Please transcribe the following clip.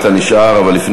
אתה נשאר.